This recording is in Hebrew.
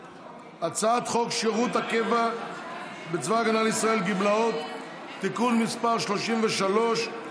הצעת חוק שירות הקבע בצבא הגנה לישראל (גמלאות) (תיקון מס' 33),